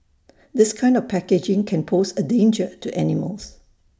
this kind of packaging can pose A danger to animals